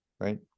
right